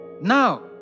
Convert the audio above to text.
Now